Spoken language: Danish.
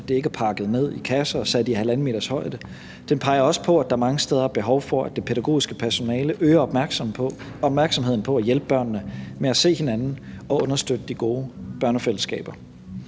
at det ikke er pakket ned i kasser og sat i halvanden meters højde. Den peger også på, at der mange steder er behov for, at det pædagogiske personale øger opmærksomheden på at hjælpe børnene med at se hinanden og understøtte de gode børnefællesskaber.